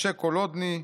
משה קולודני,